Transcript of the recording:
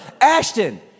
Ashton